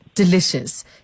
delicious